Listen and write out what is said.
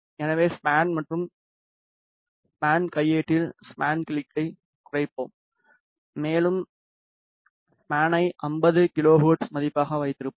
எனவே ஸ்பான் மற்றும் ஸ்பான் கையேட்டில் ஸ்பான் கிளிக்கைக் குறைப்போம் மேலும் ஸ்பானை 50 கிலோஹெர்ட்ஸ் மதிப்பாக வைத்திருப்போம்